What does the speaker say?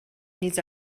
needs